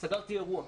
סגרתי אירוע,